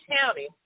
County